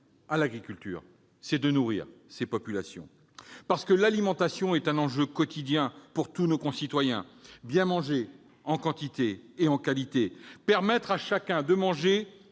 de l'agriculture est de nourrir la population. Parce que l'alimentation est un enjeu quotidien pour tous nos concitoyens : bien manger, en quantité et en qualité ; permettre à chacun de manger